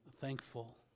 thankful